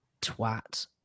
twat